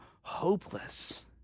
hopeless